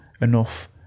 enough